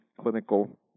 clinical